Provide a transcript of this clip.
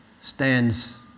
stands